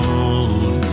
old